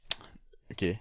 okay